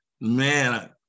man